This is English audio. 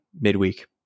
midweek